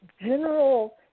general